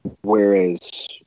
Whereas